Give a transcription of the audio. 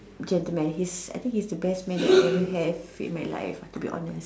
gentleman his I think he is the best man that I ever have in my life to be honest